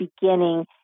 beginning